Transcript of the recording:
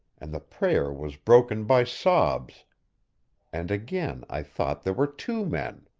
and the prayer was broken by sobs and again i thought there were two men.